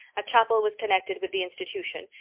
a chapel was connected with the institution,